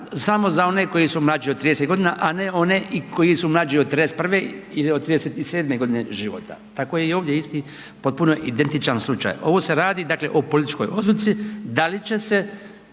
samo za one koji su mlađi od 30.g., a ne one i koji su mlađi od 31. ili 37.g. života, tako je i ovdje isti, potpuno identičan slučaj. Ovo se radi dakle o političkoj odluci da li će se